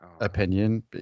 opinion